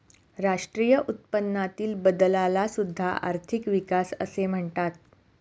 राष्ट्रीय उत्पन्नातील बदलाला सुद्धा आर्थिक विकास असे म्हणतात